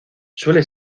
suele